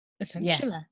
Essentially